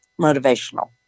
motivational